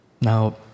Now